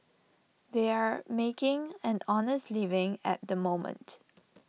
they are making an honest living at the moment